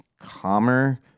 calmer